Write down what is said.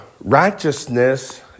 righteousness